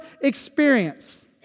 experience